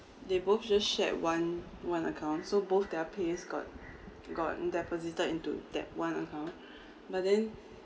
they both just shared one one account so both their pays got got deposited into that one account but then